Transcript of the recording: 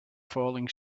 falling